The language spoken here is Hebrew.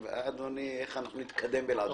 אדוני, איך אנחנו נתקדם בלעדיך?